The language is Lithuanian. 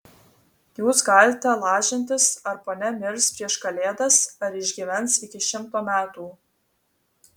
jūs galite lažintis ar ponia mirs prieš kalėdas ar išgyvens iki šimto metų